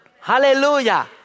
Hallelujah